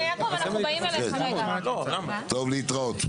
טוב, להתראות.